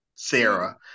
Sarah